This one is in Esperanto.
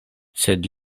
sed